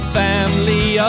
family